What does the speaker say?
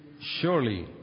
surely